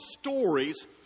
stories